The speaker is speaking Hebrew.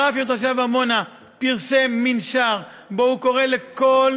הרב שהוא תושב עמונה פרסם מנשר שבו הוא קורא לכל